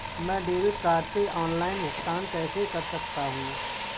मैं debit card से online भुगतान कैसे कर सकता हूँ?